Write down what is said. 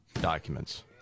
documents